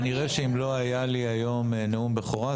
כנראה שאם לא היה לי היום נאום בכורה,